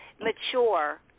mature